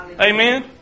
Amen